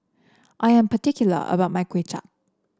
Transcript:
I am particular about my Kway Chap